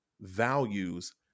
values